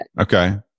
okay